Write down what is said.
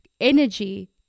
energy